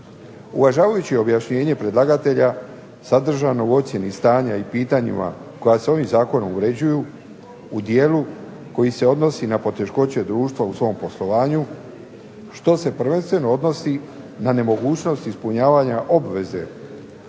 Uvažavajući objašnjenje predlagatelja sadržano u ocjeni stanja i pitanjima koja se ovim zakonom uređuju u dijelu koji se odnosi na poteškoće društva u svom poslovanju što se prvenstveno odnosi na nemogućnost ispunjavanja obveze